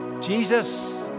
Jesus